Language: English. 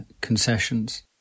concessions